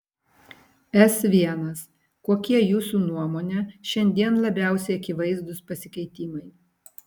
s l kokie jūsų nuomone šiandien labiausiai akivaizdūs pasikeitimai